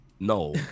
No